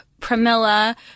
Pramila